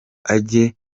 ajye